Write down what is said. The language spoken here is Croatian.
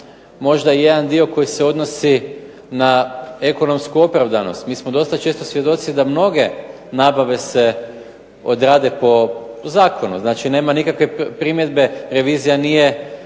možda jedan dio koji se odnosi na ekonomsku opravdanost. Mi smo dosta često svjedoci da mnoge nabave se odrade po zakonu, znači nema nikakve primjedbe, revizija nije